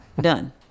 done